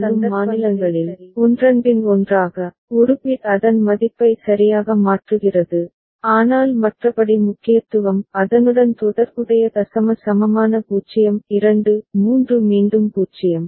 எனவே இரண்டு எண்ணும் மாநிலங்களில் ஒன்றன்பின் ஒன்றாக ஒரு பிட் அதன் மதிப்பை சரியாக மாற்றுகிறது ஆனால் மற்றபடி முக்கியத்துவம் அதனுடன் தொடர்புடைய தசம சமமான 0 2 3 மீண்டும் 0